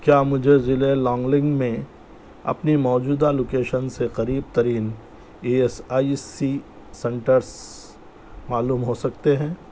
کیا مجھے ضلع لانگلینگ میں اپنی موجودہ لوکیشن سے قریب ترین E S I C centres معلوم ہو سکتے ہیں